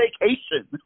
vacation